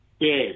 Yes